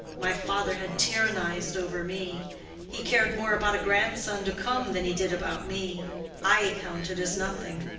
my father had tyrannized over me he cared more about a grandson to come than he did about me i counted as nothing.